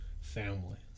family